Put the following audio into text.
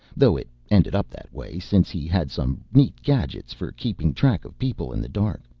though it ended up that way, since he had some neat gadgets for keeping track of people in the dark.